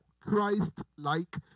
Christ-like